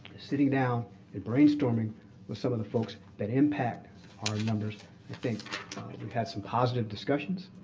sitting down and brainstorming with some of the folks that impact our numbers, i think we've had some positive discussions.